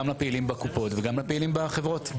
גם לפעילים בקופות וגם לפעילים בחברות,